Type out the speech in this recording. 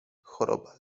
choroba